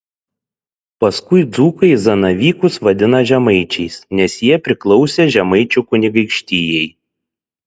paskui dzūkai zanavykus vadina žemaičiais nes jie priklausė žemaičių kunigaikštijai